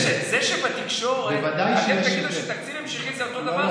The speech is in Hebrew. זה שבתקשורת אתם תגידו שתקציב המשכי זה אותו דבר,